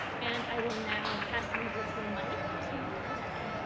and i will now pass the virtual mic to arnetta.